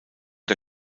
der